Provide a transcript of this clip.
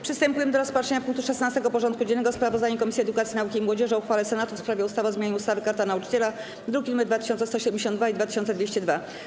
Przystępujemy do rozpatrzenia punktu 16. porządku dziennego: Sprawozdanie Komisji Edukacji, Nauki i Młodzieży o uchwale Senatu w sprawie ustawy o zmianie ustawy - Karta Nauczyciela (druki nr 2172 i 2202)